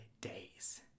days